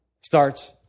starts